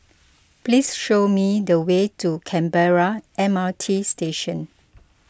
please show me the way to Canberra M R T Station